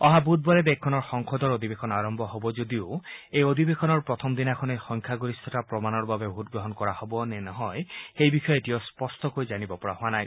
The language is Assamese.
অহা বুধবাৰে দেশখনৰ সংসদৰ অধিবেশন আৰম্ভ হ'ব যদিও এই অধিবেশনৰ প্ৰথম দিনাখনেই সংখ্যা গৰিষ্ঠতা প্ৰমাণৰ বাবে ভোটগ্ৰহণ কৰা হ'ব নে নহয় সেই বিষয়ে এতিয়াও স্পষ্টকৈ জানিব পৰা হোৱা নাই